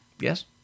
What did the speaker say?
Yes